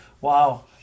Wow